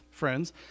friends